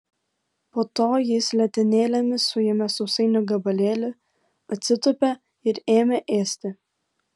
po to jis letenėlėmis suėmė sausainio gabalėlį atsitūpė ir ėmė ėsti